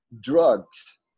drugs